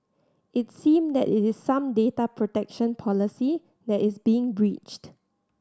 it seem that is some data protection policy that is being breached